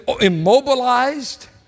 immobilized